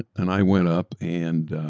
and i went up and